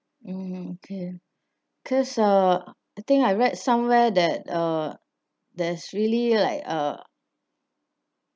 (uh huh) okay cause uh I think I read somewhere that uh there's really like uh